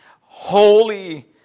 holy